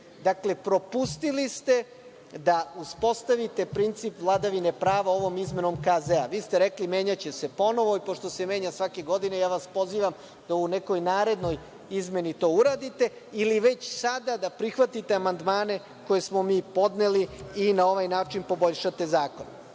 propustili ste da uspostavite princip vladavine prava ovom izmenom Krivičnog zakonika. Vi ste rekli – menjaće se ponovo. Pošto se menja svake godine, ja vas pozivam da u nekoj narednoj izmeni to uradite ili već sada da prihvatite amandmane koje smo mi podneli i na ovaj način poboljšate zakon. Što